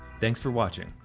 thanks for watching.